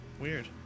weird